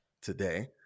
today